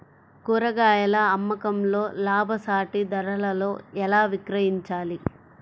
కూరగాయాల అమ్మకంలో లాభసాటి ధరలలో ఎలా విక్రయించాలి?